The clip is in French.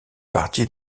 partie